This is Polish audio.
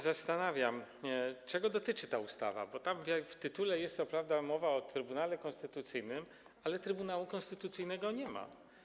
Zastanawiam się, czego dotyczy ta ustawa, bo w tytule jest co prawda mowa o Trybunale Konstytucyjnym, ale Trybunału Konstytucyjnego nie ma.